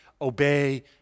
obey